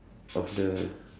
of the